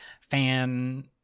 fan